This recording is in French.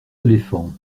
éléphants